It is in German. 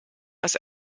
aus